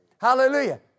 Hallelujah